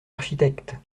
architecte